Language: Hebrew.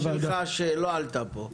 ומה ההצעה שלך שלא עלתה פה?